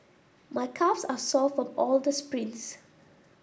my calves are sore from all the sprints